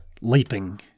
leaping